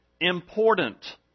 important